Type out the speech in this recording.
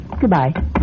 Goodbye